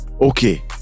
okay